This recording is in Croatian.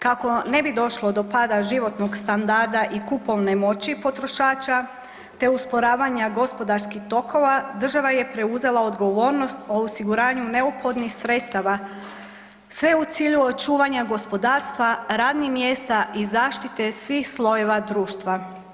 Kako ne bi došlo do pada životnog standarda i kupovne moći potrošača, te usporavanja gospodarskih tokova država je preuzela odgovornost o osiguranju neophodnih sredstava sve u cilju očuvanja gospodarstva, radnih mjesta i zaštite svih slojeva društva.